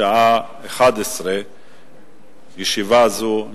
בשעה 11:00.